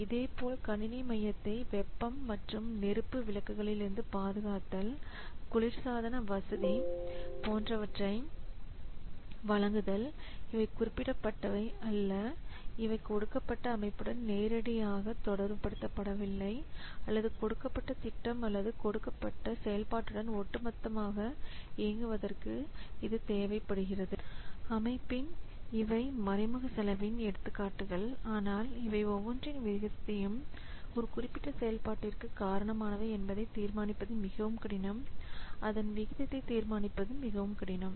இதேபோல் கணினி மையத்தை வெப்பம் மற்றும் நெருப்பு விளக்குகளிலிருந்து பாதுகாத்தல் குளிர்சாதன வசதி போன்றவற்றை வழங்குதல் இவை குறிப்பிட்டவை அல்ல இவை கொடுக்கப்பட்ட அமைப்புடன் நேரடியாக தொடர்புபடுத்தப்படவில்லை அல்லது கொடுக்கப்பட்ட திட்டம் அல்லது கொடுக்கப்பட்ட செயல்பாட்டுடன் ஒட்டுமொத்தமாக இயங்குவதற்கு இது தேவைப்படுகிறது அமைப்பின் இவை மறைமுக செலவின் எடுத்துக்காட்டுகள் ஆனால் இவை ஒவ்வொன்றின் விகிதத்தையும் ஒரு குறிப்பிட்ட செயல்பாட்டிற்குக் காரணமானவை என்பதை தீர்மானிப்பது மிகவும் கடினம் அதன் விகிதத்தை தீர்மானிப்பதும் மிகவும் கடினம்